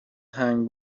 هنگ